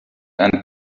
and